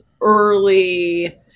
early